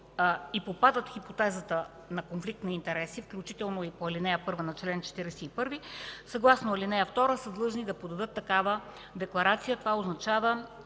и попадат в хипотезата на конфликт на интереси, включително и по ал. 1 на чл. 41, съгласно ал. 2 са длъжни да подадат такава декларация. Това означава,